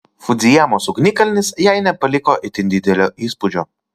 fudzijamos ugnikalnis jai nepaliko itin didelio įspūdžio